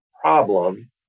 problem